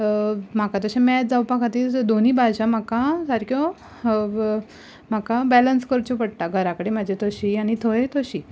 म्हाका तशें मॅच जावपा खातीर सो दोनूय भाशा म्हाका सारक्यो म्हाका बॅलंस करच्यो पडटा घरा कडेन म्हजी तशी आनी थंय तशी